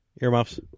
Earmuffs